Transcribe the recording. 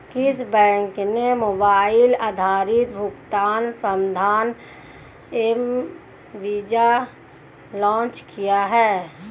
किस बैंक ने मोबाइल आधारित भुगतान समाधान एम वीज़ा लॉन्च किया है?